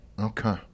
Okay